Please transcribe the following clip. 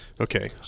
Okay